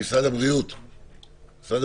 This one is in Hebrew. משרד הבריאות אתנו?